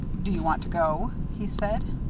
do you want to go? he said.